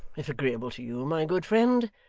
if agreeable to you, my good friend,